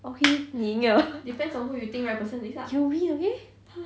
okay 你赢 liao lor you win okay